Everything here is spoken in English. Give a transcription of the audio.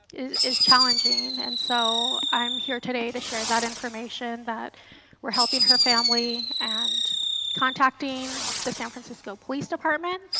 it is challenging. and so, i am here today to share that information that we are helping her family and contacting the san francisco police department.